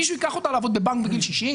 מישהו ייקח אותה לעבוד בבנק בגיל 60?